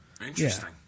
Interesting